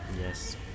Yes